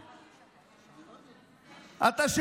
אתה,